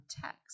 text